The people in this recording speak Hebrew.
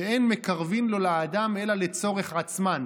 שאין מקרבין לו לאדם אלא לצורך עצמן.